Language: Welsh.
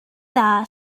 dda